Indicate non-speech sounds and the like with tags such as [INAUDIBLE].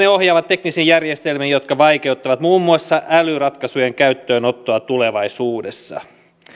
[UNINTELLIGIBLE] ohjaavat teknisiin järjestelmiin jotka vaikeuttavat muun muassa älyratkaisujen käyttöönottoa tulevaisuudessa